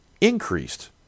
increased